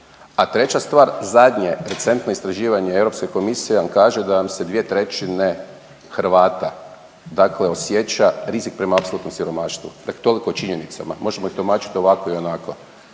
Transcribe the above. A treća stvar zadnje recentno istraživanje Europske komisije vam kaže da vam se dvije trećine Hrvata, dakle osjeća rizik prema apsolutnom siromaštvu. Tek toliko o činjenicama. Možemo ih tumačiti ovako i onako.